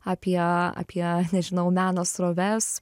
apie apie nežinau meno sroves